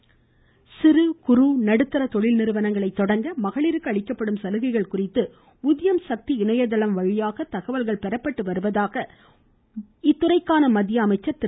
நிதின்கட்கரி சிறுகுறு மற்றும் நடுத்தர தொழில் நிறுவனங்கள் தொடங்க மகளிருக்கு அளிக்கப்படும் சலுகைகள் குறித்து உத்யம் சக்தி இணையதளம் வழியாக தகவல்கள் பெறப்பட்டு வருவதாக இத்துறைக்கான மத்திய அமைச்சர் திரு